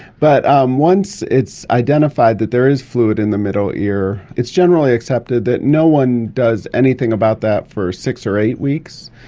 but um once it's identified that there is fluid in the middle ear, it's generally accepted that no one does anything about that for six or eight weeks.